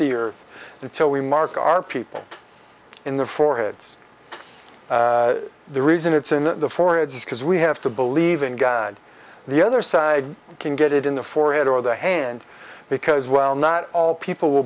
earth until we mark our people in the foreheads the reason it's in the forest is because we have to believe in god the other side can get it in the forehead or the hand because well not all people will